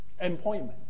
employment